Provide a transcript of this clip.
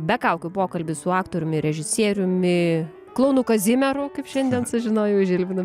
be kaukių pokalbį su aktoriumi režisieriumi klounu kazimieru kaip šiandien sužinojau žilvinu